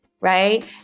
right